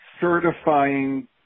certifying